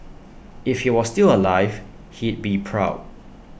if he was still alive he'd be proud